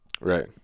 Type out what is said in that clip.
Right